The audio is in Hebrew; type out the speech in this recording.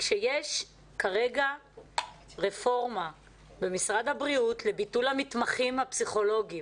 כשיש כרגע רפורמה במשרד הבריאות לביטול המתמחים הפסיכולוגים,